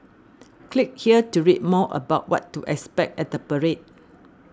click here to read more about what to expect at the parade